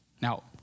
Now